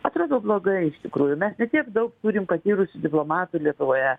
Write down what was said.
atrodo blogai iš tikrųjų mes ne tiek daug turim patyrusių diplomatų lietuvoje